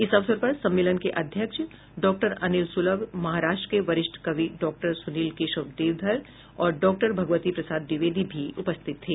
इस अवसर पर सम्मेलन के अध्यक्ष डॉक्टर अनिल सुलभ महाराष्ट्र के वरिष्ठ कवि डॉक्टर सुनील केशव देवधर और डॉक्टर भगवती प्रसाद द्विवेदी भी उपस्थित थे